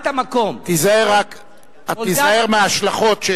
תיזהר רק מההשלכות,